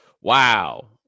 Wow